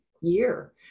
year